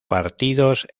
partidos